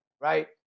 right